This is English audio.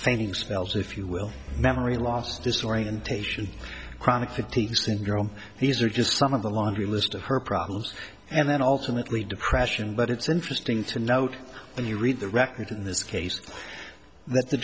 fainting spells if you will memory loss disorientation chronic fatigue syndrome these are just some of the laundry list of her problems and then alternately depression but it's interesting to note when you read the record in this case that the